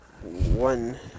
One